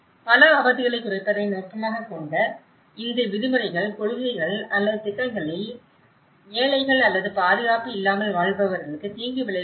பல ஆபத்துகளைக் குறைப்பதை நோக்கமாகக் கொண்ட இந்த விதிமுறைகள் கொள்கைகள் அல்லது திட்டங்களில் ஏழைகள் அல்லது பாதுகாப்பு இல்லாமல் வாழ்பவர்களுக்கு தீங்கு விளைவிக்கும்